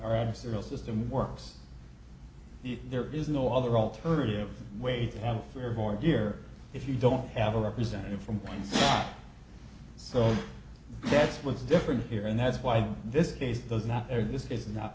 our adversarial system works there is no other alternative way to health reform dear if you don't have a representative from plans so that's what's different here and that's why this case does not